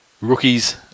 rookies